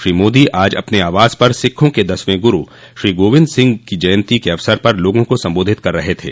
श्री मोदी आज अपने आवास पर सिखों के दसवें गुरू श्री गोविंद सिंह की जयंती के अवसर पर लोगों को सम्बोधित कर रहे थे